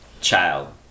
child